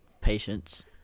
patience